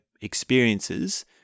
experiences